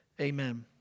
amen